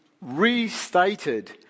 restated